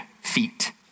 feet